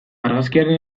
argazkiaren